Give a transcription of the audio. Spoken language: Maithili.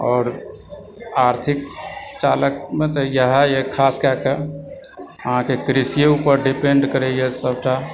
आओर आर्थिक चालकमे तऽ इएहए खास कएकऽ अहाँकेँ कृषि ऊपर डिपेण्ड करैए सभटा